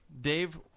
Dave